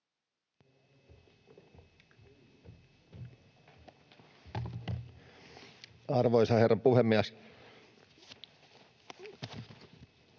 Arvoisa herra puhemies!